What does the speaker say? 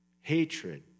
hatred